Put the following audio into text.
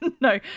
No